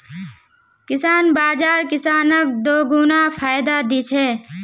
किसान बाज़ार किसानक दोगुना फायदा दी छे